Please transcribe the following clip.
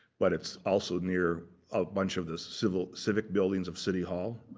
but it's also near a bunch of the civic civic buildings of city hall.